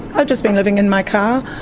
have just been living in my car.